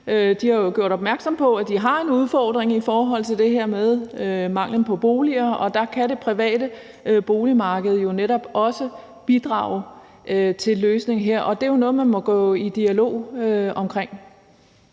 De har jo gjort opmærksom på, at vi har en udfordring i forhold til det her med mangel på boliger, og der kan det private boligmarked jo netop også bidrage til en løsning her. Og det er jo noget, man må gå i dialog omkring.